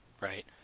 Right